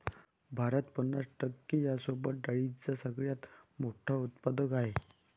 भारत पन्नास टक्के यांसोबत डाळींचा सगळ्यात मोठा उत्पादक आहे